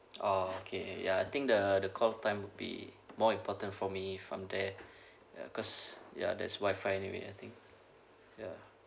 oh okay ya I think the the call time would be more important for me if I'm there ya because ya there's Wi-Fi anyway I think ya